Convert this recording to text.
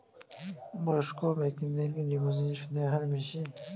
বয়স্ক ব্যেক্তিদের কি ডিপোজিটে সুদের হার বেশি?